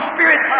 Spirit